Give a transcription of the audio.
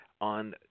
on